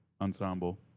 ensemble